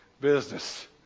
business